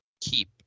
keep